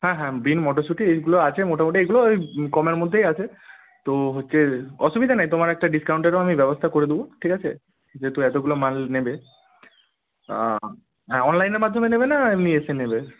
হ্যাঁ হ্যাঁ বিন মটরশুটি এইগুলো আছে মোটামুটি এইগুলো ওই কমের মধ্যেই আছে তো হচ্ছে অসুবিধা নেই তোমার একটা ডিসকাউন্টেরও আমি ব্যবস্থা করে দেব ঠিক আছে যেহেতু এতোগুলো মাল নেবে হ্যাঁ অনলাইনের মাধ্যমে নেবে না এমনি এসে নেবে